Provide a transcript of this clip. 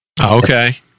Okay